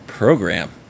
program